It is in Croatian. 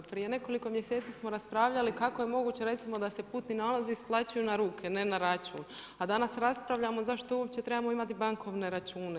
Prije nekoliko mjeseci smo raspravljali kako je moguće recimo da se putni nalozi isplaćuju na ruke ne na račun, a danas raspravljamo zašto uopće trebamo imati bankovne račune.